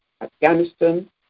Afghanistan